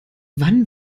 wann